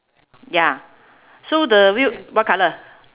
ya so the wheel what colour